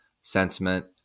sentiment